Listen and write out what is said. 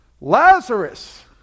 Lazarus